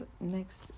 next